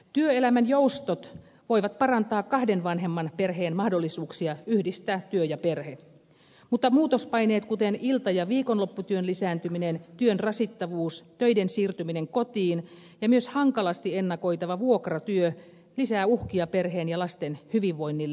työelämän joustot voivat parantaa kahden vanhemman perheen mahdollisuuksia yhdistää työ ja perhe mutta muutospaineet kuten ilta ja viikonlopputyön lisääntyminen työn rasittavuus töiden siirtyminen kotiin ja myös hankalasti ennakoitava vuokratyö lisäävät uhkia perheen ja lasten hyvinvoinnille